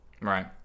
Right